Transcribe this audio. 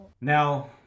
Now